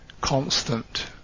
constant